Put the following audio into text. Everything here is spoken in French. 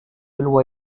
loi